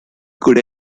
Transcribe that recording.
good